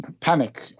panic